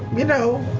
you know.